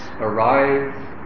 arise